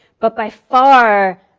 but by far,